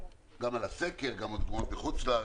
גם על הסקר וגם על התמונות מחו"ל.